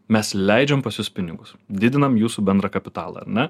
mes leidžiam pas jus pinigus didinam jūsų bendrą kapitalą ar ne